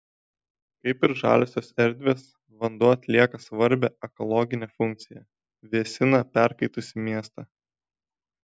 kaip ir žaliosios erdvės vanduo atlieka svarbią ekologinę funkciją vėsina perkaitusį miestą